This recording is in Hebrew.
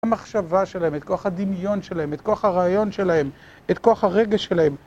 את המחשבה שלהם, את כוח הדמיון שלהם, את כוח הרעיון שלהם, את כוח הרגש שלהם